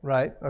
Right